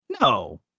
No